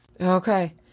Okay